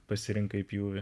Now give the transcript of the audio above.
pasirinkai pjūvį